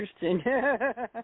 interesting